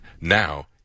now